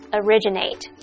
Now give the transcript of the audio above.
originate 。